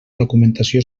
documentació